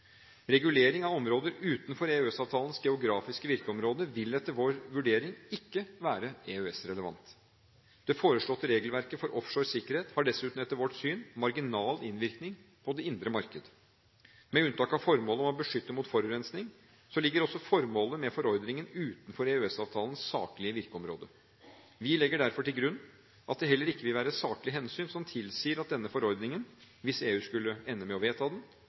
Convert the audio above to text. Regulering av områder utenfor EØS-avtalens geografiske virkeområde vil etter vår vurdering ikke være EØS-relevant. Det foreslåtte regelverket for offshoresikkerhet har dessuten etter vårt syn marginal innvirkning på det indre marked. Med unntak av formålet om å beskytte mot forurensning ligger også formålet med forordningen utenfor EØS-avtalens saklige virkeområde. Vi legger derfor til grunn at det heller ikke vil være saklige hensyn som tilsier at denne forordningen – hvis EU skulle ende med å vedta den